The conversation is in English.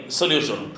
solution